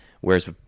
Whereas